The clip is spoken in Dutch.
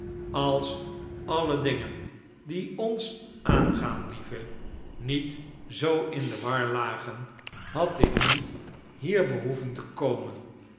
als alle dingen die ons aangaan lieve niet zoo in de war lagen had ik niet hier behoeven te komen